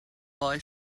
boy